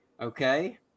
Okay